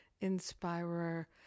inspirer